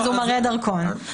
הוא מראה דרכון,